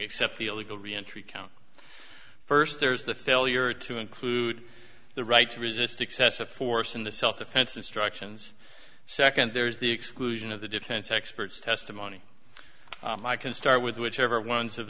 except the illegal reentry count first there's the failure to include the right to resist excessive force in the self defense instructions second there's the exclusion of the defense experts testimony i can start with whichever ones